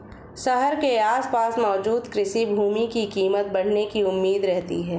शहर के आसपास मौजूद कृषि भूमि की कीमत बढ़ने की उम्मीद रहती है